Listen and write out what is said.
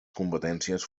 competències